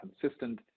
consistent